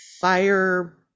fire